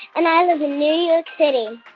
and i live in new york city.